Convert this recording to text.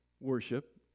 worship